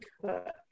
cook